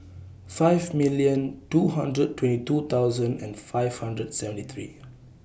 five million two hundred twenty two thousand and five hundred seventy three